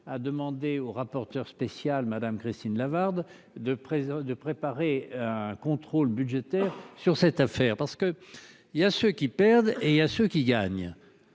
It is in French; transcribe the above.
a demandé au rapporteur spécial madame Christine Lavarde de présence de préparer un contrôle budgétaire sur cette affaire parce que il y a ceux qui perdent et il y a ceux qui gagnent.